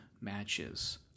matches